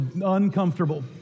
uncomfortable